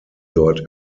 dort